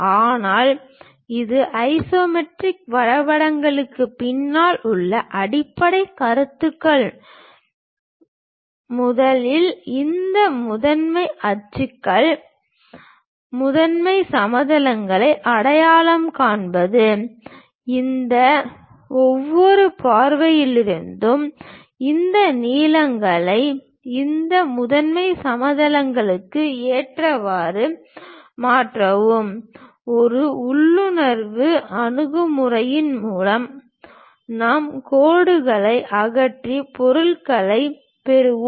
ஆனால் இந்த ஐசோமெட்ரிக் வரைபடங்களுக்குப் பின்னால் உள்ள அடிப்படைக் கருத்துக்கள் முதலில் இந்த முதன்மை அச்சுகள் முதன்மை சமதளங்களை அடையாளம் காண்பது இந்த ஒவ்வொரு பார்வைகளிலிருந்தும் இந்த நீளங்களை இந்த முதன்மை சமதளங்களுக்கு ஏற்றவாறு மாற்றுவது ஒரு உள்ளுணர்வு அணுகுமுறையின் மூலம் நாம் கோடுகளை அகற்றி பொருளைப் பெறுவோம்